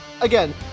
again